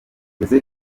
jose